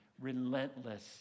relentless